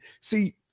see